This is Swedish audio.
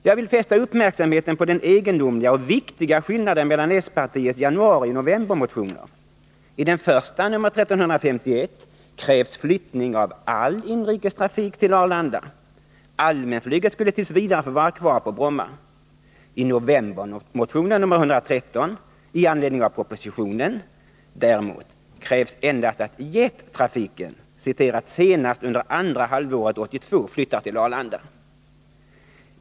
Jag vill fästa uppmärksamheten på den egendomliga och viktiga skillnaden mellan det socialdemokratiska partiets januarioch novembermotioner. I den första, nr 1351, krävs flyttning av all inrikestrafik till Arlanda. Allmänflyget skulle t. v. få vara kvar på Bromma. I novembermotionen, nr 113, med anledning av propositionen krävs däremot endast att jet-trafiken ”senast under andra halvåret 1982 flyttar till Arlanda”.